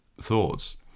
thoughts